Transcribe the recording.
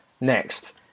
next